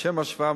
לשם השוואה,